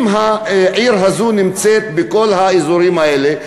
אם העיר הזאת נמצאת בכל האזורים האלה,